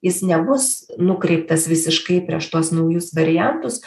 jis nebus nukreiptas visiškai prieš tuos naujus variantus